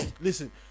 Listen